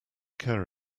care